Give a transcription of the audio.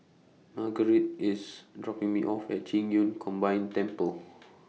Marguerite IS dropping Me off At Qing Yun Combined Temple